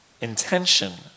Intention